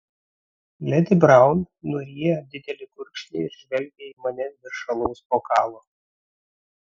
ledi braun nuryja didelį gurkšnį ir žvelgia į mane virš alaus bokalo